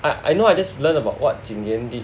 I know I just learn about what Ching Yen did